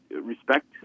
respect